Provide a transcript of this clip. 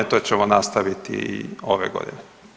To ćemo nastaviti i ove godine.